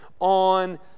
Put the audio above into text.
on